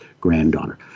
granddaughter